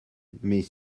mais